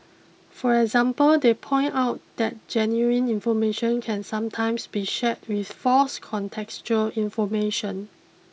for example they point out that genuine information can sometimes be shared with false contextual information